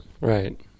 Right